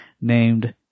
named